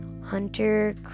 Hunter